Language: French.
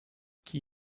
qui